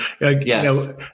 Yes